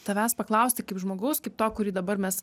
tavęs paklausti kaip žmogaus kaip to kurį dabar mes